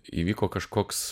įvyko kažkoks